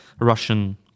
Russian